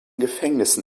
gefängnissen